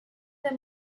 them